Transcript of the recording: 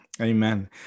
Amen